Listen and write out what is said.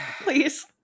please